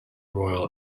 royal